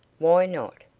why not?